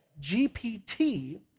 GPT